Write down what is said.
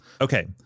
Okay